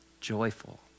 joyful